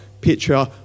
picture